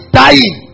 dying